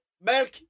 Milk